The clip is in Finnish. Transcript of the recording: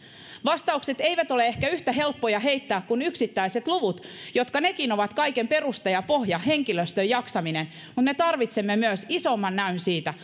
vastaukset eivät ehkä ole yhtä helppoja heittää kuin yksittäiset luvut jotka nekin ovat kaiken perusta ja pohja henkilöstön jaksaminen mutta me tarvitsemme myös isomman näyn siitä